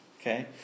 okay